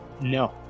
No